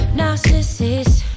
narcissist